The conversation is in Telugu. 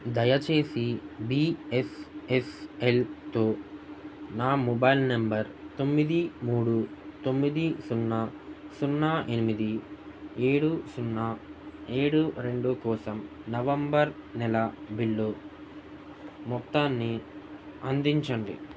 దయచేసి బీ ఎస్ ఎస్ ఎల్తో నా మొబైల్ నెంబర్ తొమ్మిది మూడు తొమ్మిది సున్నా సున్నా ఎనిమిది ఏడు సున్నా ఏడు రెండు కోసం నవంబర్ నెల బిల్లు మొత్తాన్ని అందించండి